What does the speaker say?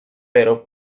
pero